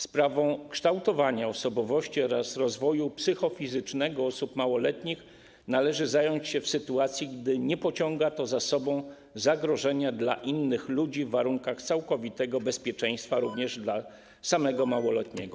Sprawą kształtowania osobowości oraz rozwoju psychofizycznego osób małoletnich należy zająć się w sytuacji, gdy nie pociąga to za sobą zagrożenia dla innych ludzi w warunkach całkowitego bezpieczeństwa również dla samego małoletniego.